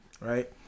right